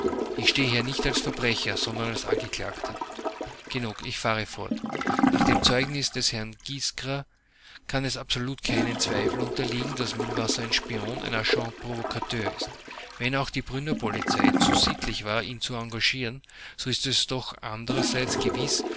ich stehe hier nicht als verbrecher sondern als angeklagter genug ich fahre fort nach dem zeugnis des herrn giskra kann es absolut keinem zweifel unterliegen daß mühlwasser ein spion ein agent provocateur ist wenn auch die brünner polizei zu sittlich war ihn zu engagieren so ist es doch anderseits gewiß